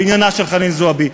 בעניינה של חנין זועבי.